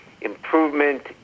improvement